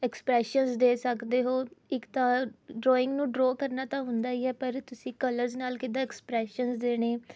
expressions ਦੇ ਸਕਦੇ ਹੋ ਇੱਕ ਤਾਂ ਡਰਾਇੰਗ ਨੂੰ ਡਰੋਅ ਕਰਨਾ ਤਾਂ ਹੁੰਦਾ ਹੀ ਹੈ ਪਰ ਤੁਸੀਂ ਕਲਰਸ ਨਾਲ ਕਿੱਦਾਂ ਐਕਸਪ੍ਰੈਸ਼ਨਸ ਦੇਣੇ